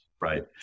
right